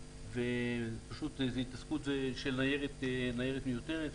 פשוט זה התעסקות של ניירת מיותרת.